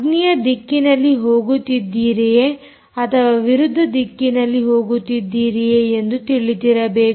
ಅಗ್ನಿಯ ದಿಕ್ಕಿನಲ್ಲಿ ಹೋಗುತ್ತಿದ್ದೀರಿಯೇ ಅಥವಾ ಅದರ ವಿರುದ್ಧ ದಿಕ್ಕಿನಲ್ಲಿ ಹೋಗುತ್ತಿದ್ದೀರಿಯೇ ಎಂದು ತಿಳಿದಿರಬೇಕು